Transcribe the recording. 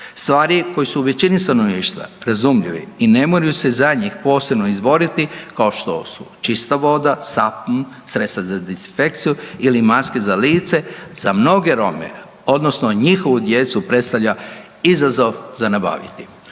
stvari koje su većini stanovništva razumljivi i ne moraju se za njih posebno izboriti kao što su čista voda, sapun, sredstva za dezinfekciju ili maske za lice za mnoge Rome odnosno njihovu djecu predstavlja izazov za nabaviti.